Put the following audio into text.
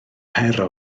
pero